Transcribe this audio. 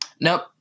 Nope